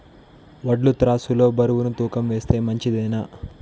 వడ్లు త్రాసు లో బరువును తూకం వేస్తే మంచిదేనా?